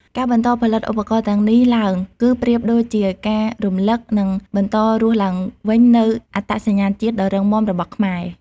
ការបន្តផលិតឧបករណ៍ទាំងនេះឡើង គឺប្រៀបដូចជាការរំលឹក និងបន្តរស់ឡើងវិញនូវអត្តសញ្ញាណជាតិដ៏រឹងមាំរបស់ខ្មែរ។